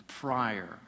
Prior